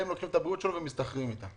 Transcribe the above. והם לוקחים את הבריאות שלו וסוחרים בה.